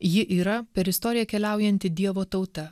ji yra per istoriją keliaujanti dievo tauta